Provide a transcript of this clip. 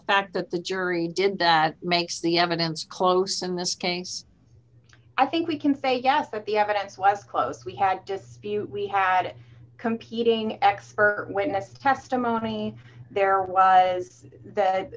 fact that the jury did that makes the evidence close in this case i think we can face yes but the evidence was close we had just we had it competing expert witness testimony there was that